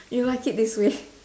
you like it this way